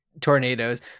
tornadoes